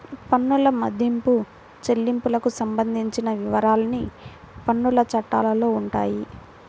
పన్నుల మదింపు, చెల్లింపులకు సంబంధించిన వివరాలన్నీ పన్నుల చట్టాల్లో ఉంటాయి